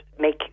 make